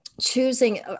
choosing